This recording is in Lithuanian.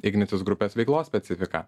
ignitis grupės veiklos specifika